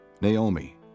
Naomi